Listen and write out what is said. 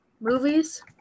movies